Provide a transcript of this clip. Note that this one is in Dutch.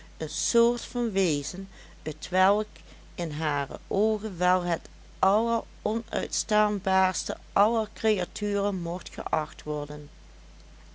soort van wezen t welk in hare oogen wel het alleronuitstaanbaarste aller creaturen mocht geacht worden